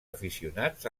aficionats